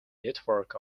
network